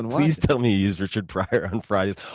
and please tell me you used richard pryor on fridays.